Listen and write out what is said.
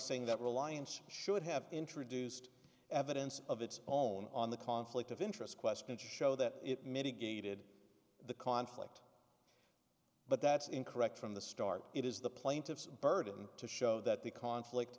saying that reliance should have introduced evidence of its own on the conflict of interest question to show that it mitigated the conflict but that's incorrect from the start it is the plaintiff's burden to show that the conflict